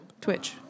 Twitch